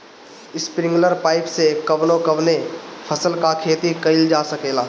Sprinkler pipe से कवने कवने फसल क खेती कइल जा सकेला?